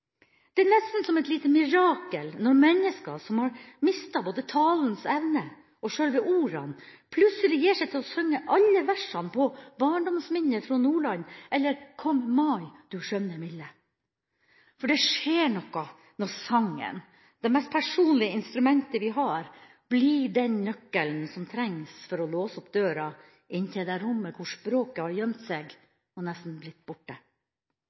Det er nesten som et lite mirakel når mennesker som har mistet både talens evne og selve ordene, plutselig gir seg til å synge alle versene på «Barndomsminne frå Nordland» eller «Kom mai, du skjønne, milde». For det skjer noe når sangen, det mest personlige instrumentet vi har, blir den nøkkelen som trengs for å låse opp døra til det rommet hvor språket har gjemt seg og nesten blitt borte.